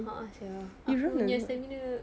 a'ah sia sku punya stamina